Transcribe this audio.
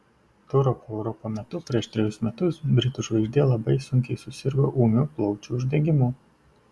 turo po europą metu prieš trejus metus britų žvaigždė labai sunkiai susirgo ūmiu plaučių uždegimu